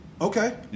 okay